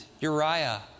Uriah